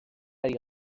ari